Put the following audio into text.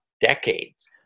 decades